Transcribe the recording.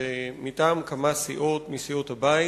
מטעם כמה סיעות מסיעות הבית: